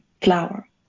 flower